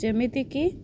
ଯେମିତିକି